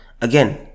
again